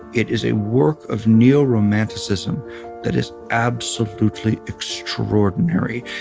it is a work of neo-romanticism that is absolutely extraordinary.